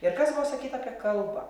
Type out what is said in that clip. ir kas buvo sakyta apie kalbą